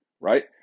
right